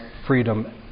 freedom